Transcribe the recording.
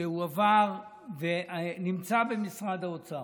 שהועבר ונמצא במשרד האוצר,